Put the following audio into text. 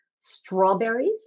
Strawberries